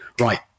right